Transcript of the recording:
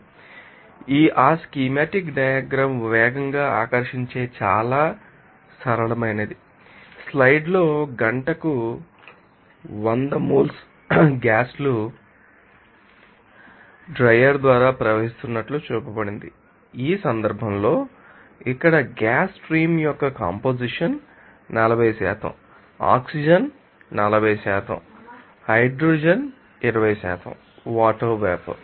కాబట్టి ఆ schematic diagram వేగంగా ఆకర్షించే చాలా సరళమైనది స్లైడ్లో గంటకు వంద మోల్స్ గ్యాస్ లు ఆ ఆరబెట్టేది ద్వారా ప్రవహిస్తున్నట్లు చూపబడింది ఈ సందర్భంలో ఇక్కడ గ్యాస్ స్ట్రీమ్ యొక్క composition 40 oxygen 40 hydrogen 20 water vapour